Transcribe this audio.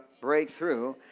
breakthrough